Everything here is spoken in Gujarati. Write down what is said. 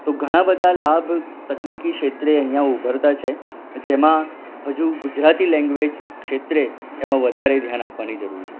તો ઘણા બધા લાભ તકનીકી ક્ષેત્રે અહીંયા ઊભરતા છે જેમાં હજુ ગુજરાતી લેંગ્વેજ ક્ષેત્રે એમાં વધારે ધ્યાન આપવાની જરૂર છે